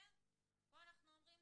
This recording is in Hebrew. פה אנחנו אומרים